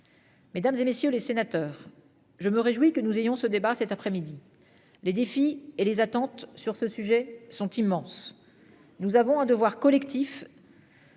Mesdames, et messieurs les sénateurs. Je me réjouis que nous ayons ce débat cet après-midi les défis et les attentes sur ce sujet sont immenses. Nous avons un devoir collectif.--